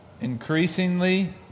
increasingly